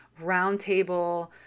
roundtable